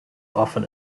often